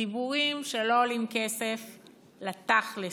בין הדיבורים שלא עולים כסף לתכל'ס,